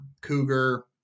cougar